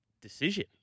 decision